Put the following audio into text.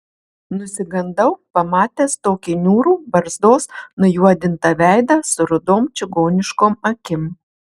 nusigandau pamatęs tokį niūrų barzdos nujuodintą veidą su rudom čigoniškom akim